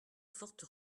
forte